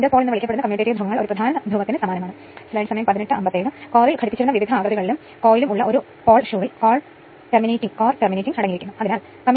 3 KVA single phase auto ട്രാൻസ്ഫോർമറിൽ 11